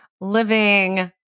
living